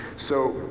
so,